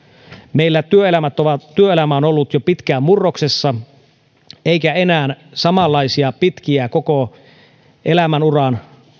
meillä työelämä on ollut jo pitkään murroksessa eikä enää samanlaisia pitkiä koko elämänuran